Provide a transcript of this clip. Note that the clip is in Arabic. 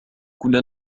كنا